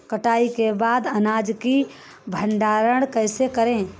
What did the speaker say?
कटाई के बाद अनाज का भंडारण कैसे करें?